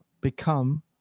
become